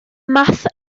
math